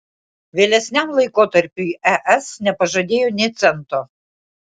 vėlesniam laikotarpiui es nepažadėjo nė cento